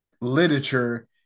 literature